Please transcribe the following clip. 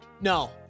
No